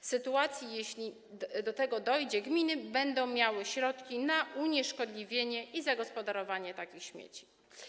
W sytuacji gdy do tego dojdzie, gminy będą miały środki na unieszkodliwienie i zagospodarowanie takich śmieci.